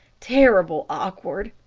terrible awk'ard.